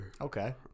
Okay